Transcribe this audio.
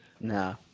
No